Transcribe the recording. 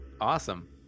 awesome